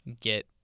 get